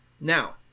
Now